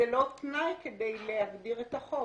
לא תנאי כדי להגדיר את החוב.